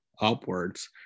upwards